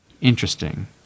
Interesting